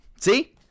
See